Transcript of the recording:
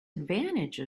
advantage